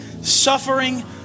suffering